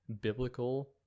biblical